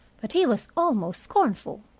but he was almost scornful.